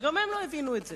שגם הם לא הבינו את זה.